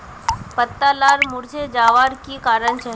पत्ता लार मुरझे जवार की कारण छे?